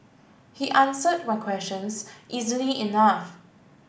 he answered my questions easily enough